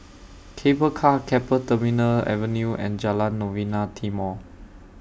Cable Car Keppel Terminal Avenue and Jalan Novena Timor